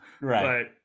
right